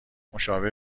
مشابه